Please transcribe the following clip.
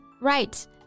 right